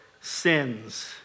sins